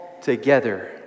Together